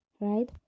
Right